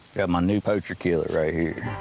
got my new poacher killer right here.